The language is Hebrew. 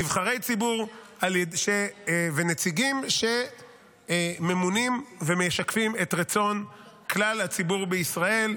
נבחרי ציבור ונציגים שממונים ומשקפים את רצון כלל הציבור בישראל,